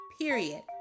period